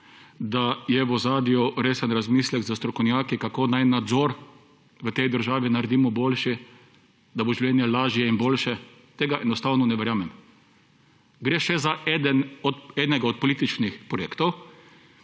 da je v ozadju resen razmislek za strokovnjake, kako naj nadzor v tej državi naredimo boljši, da bo življenje lažje in boljše. Tega enostavno ne verjamem. Gre še za enega od političnih projektov,